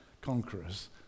conquerors